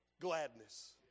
gladness